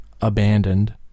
abandoned